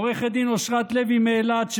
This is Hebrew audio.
עו"ד אושרת לוי מאילת,